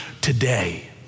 today